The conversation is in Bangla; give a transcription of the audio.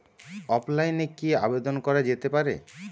অফলাইনে কি আবেদন করা যেতে পারে?